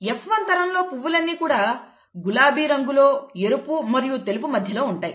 F1 తరంలో పువ్వులన్నీ కూడా గులాబీ రంగులో ఎరుపు మరియు తెలుపు మధ్యలో ఉంటాయి